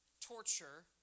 torture